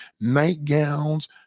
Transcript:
nightgowns